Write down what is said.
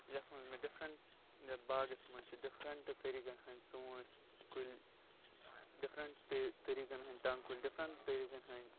یتھ منٛز مےٚ ڈِفریٹ یتھ باغس منٛز چھِ ڈِفرینٹ طٔریقن ہِنٛدۍ ژونٹھ کُلۍ ڈِفرینٹ طٔریقن ہِنٛدۍ ٹنٛگہٕ کُلۍ ڈِفرینٹ طٔریقن ہِنٛدۍ